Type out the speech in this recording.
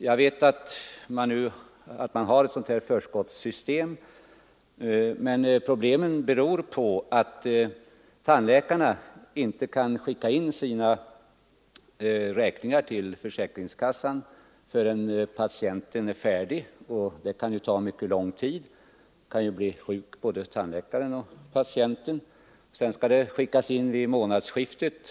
Jag vet att man har infört ett förskottssystem, men problemen beror på att tandläkarna inte kan skicka in sina räkningar till försäkringskassan förrän patienten är färdig, och det kan ta mycket lång tid. Både tandläkaren och patienten kan ju bli sjuka innan behandlingen hunnit slutföras. Räkningarna skall vidare insändas vid månadsskiftena.